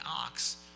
ox